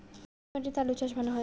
কি মাটিতে আলু চাষ ভালো হয়?